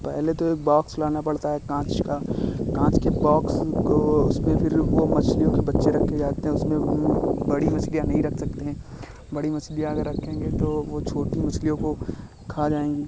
पहले तो एक बॉक्स लाना पड़ता है काँच का काँच के बॉक्स को उसपर फिर वह मछलियों के बच्चे रखे जाते हैं उसमें बड़ी मछलियाँ नहीं रख सकते हैं बड़ी मछलियाँ अगर रखेंगे तो वह छोटी मछलियों को खा जाएँगी